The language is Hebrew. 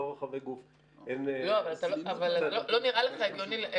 לא רחבי גוף?